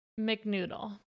McNoodle